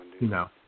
No